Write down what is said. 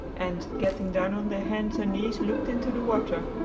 and, getting down on their hands and knees, looked into the water.